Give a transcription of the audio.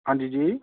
ਹਾਂਜੀ ਜੀ